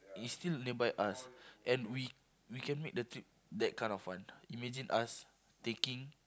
it's still nearby us and we we can make the trip that kind of fun imagine us taking